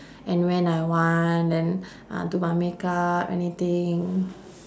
and when I want then uh do my make up anything